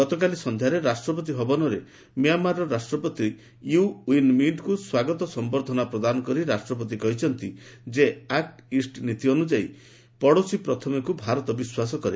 ଗତକାଲି ସନ୍ଧ୍ୟାରେ ରାଷ୍ଟ୍ରପତି ଭବନରେ ମ୍ୟାଁମାରର ରାଷ୍ଟ୍ରପତି ୟୁ ଓ୍ୱିନ୍ ମିଷ୍ଟ୍ଙ୍କୁ ସ୍ୱାଗତ ସମ୍ଭର୍ଦ୍ଧନା ପ୍ରଦାନ କରି ରାଷ୍ଟ୍ରପତି କହିଛନ୍ତି ଯେ ଆକ୍ ଇଷ୍ଟ୍ ନୀତି ଅନୁଯାୟୀ 'ପଡ଼ୋଶୀ ପ୍ରଥମେ'କୁ ଭାରତ ବିଶ୍ୱାସ କରେ